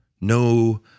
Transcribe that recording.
no